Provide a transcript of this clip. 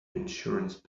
insurance